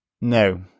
No